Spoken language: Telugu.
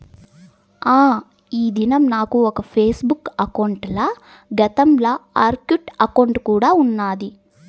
ఆ, ఈ దినం నాకు ఒక ఫేస్బుక్ బుక్ అకౌంటల, గతంల ఆర్కుట్ అకౌంటు కూడా ఉన్నాది